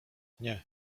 nie